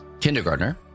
kindergartner